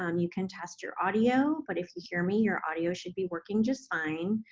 um you can test your audio, but if you hear me, your audio should be working just fine.